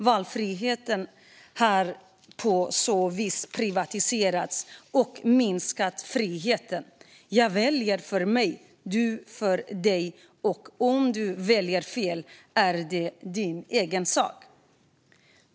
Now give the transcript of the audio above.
Valfriheten har på så vis privatiserats och minskat friheten. Jag väljer för mig och du för dig - om du väljer fel är det din ensak.